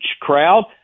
crowd